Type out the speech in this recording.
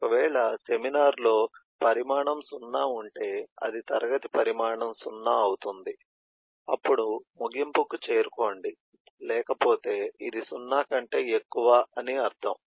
ఒకవేళ సెమినార్లో పరిమాణం సున్నా ఉంటే అది తరగతి పరిమాణం సున్నా అవుతుంది అప్పుడు ముగింపుకు చేరుకోండి లేకపోతే ఇది సున్నా కంటే ఎక్కువ అని అర్ధం